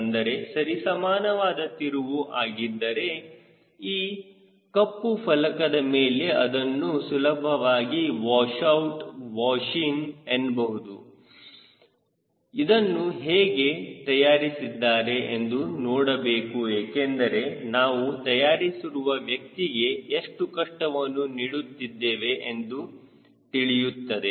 ಅಂದರೆ ಸರಿಸಮಾನವಾದ ತಿರುವು ಆಗಿದ್ದರೆ ಈ ಕಪ್ಪು ಫಲಕದ ಮೇಲೆ ಅದನ್ನು ಸುಲಭವಾಗಿ ವಾಶ್ ಔಟ್ ವಾಶ್ ಇನ್ ಎನ್ನಬಹುದು ಇದನ್ನು ಹೇಗೆ ತಯಾರಿಸಿದ್ದಾರೆ ಎಂದು ನೋಡಬೇಕು ಏಕೆಂದರೆ ನಾವು ತಯಾರಿಸುವ ವ್ಯಕ್ತಿಗೆ ಎಷ್ಟು ಕಷ್ಟವನ್ನು ನೀಡುತ್ತಿದ್ದೇವೆ ಎಂದು ತಿಳಿಯುತ್ತದೆ